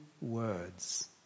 words